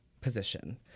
position